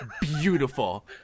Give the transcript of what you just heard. beautiful